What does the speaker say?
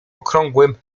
okrągłym